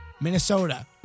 Minnesota